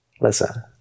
Listen